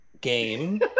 game